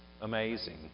amazing